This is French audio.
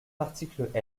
l’article